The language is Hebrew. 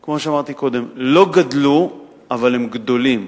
כמו שאמרתי קודם, לא גדלו אבל הם גדולים.